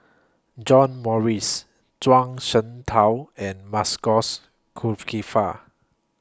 John Morrice Zhuang Shengtao and Masagos Zulkifli